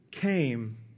came